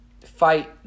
fight